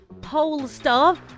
polestar